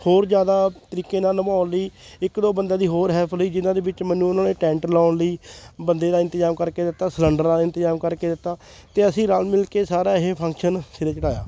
ਹੋਰ ਜ਼ਿਆਦਾ ਤਰੀਕੇ ਨਾਲ ਨਿਭਾਉਣ ਲਈ ਇੱਕ ਦੋ ਬੰਦਿਆਂ ਦੀ ਹੋਰ ਹੈਲਪ ਲਈ ਜਿਹਨਾਂ ਦੇ ਵਿੱਚ ਮੈਨੂੰ ਉਹਨਾਂ ਨੇ ਟੈਂਟ ਲਾਉਣ ਲਈ ਬੰਦੇ ਦਾ ਇੰਤਜ਼ਾਮ ਕਰਕੇ ਦਿੱਤਾ ਸਲੰਡਰ ਦਾ ਇੰਤਜ਼ਾਮ ਕਰਕੇ ਦਿੱਤਾ ਅਤੇ ਅਸੀਂ ਰਲ ਮਿਲ ਕੇ ਸਾਰਾ ਇਹ ਫੰਕਸ਼ਨ ਸਿਰੇ ਚੜ੍ਹਾਇਆ